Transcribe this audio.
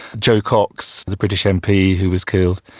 jo cox, the british mp who was killed,